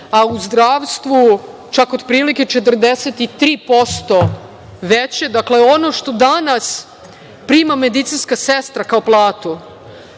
a u zdravstvu, čak otprilike 43% veće. Dakle, ono što danas prima medicinska sestra, kao platu,